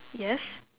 yes